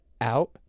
out